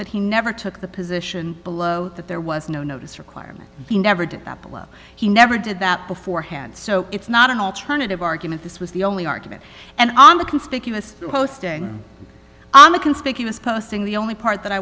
that he never took the position below that there was no notice requirement he never did that below he never did that beforehand so it's not an alternative argument this was the only argument and on the conspicuous posting on the conspicuous posting the only part that i